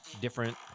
different